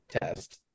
test